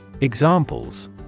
Examples